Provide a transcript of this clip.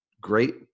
great